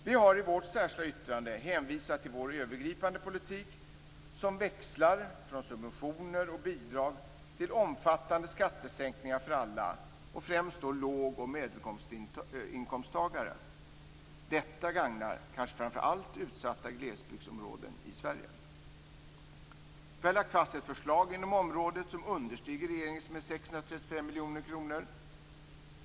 Vi har i vårt särskilda yttrande hänvisat till vår övergripande politik som växlar från subventioner och bidrag till omfattande skattesänkningar för alla, främst låg och medelinkomsttagare. Detta gagnar kanske framför allt utsatta glesbygdsområden i Sverige. Vi har lagt fast ett förslag inom området som understiger regeringens med 635 miljoner kronor.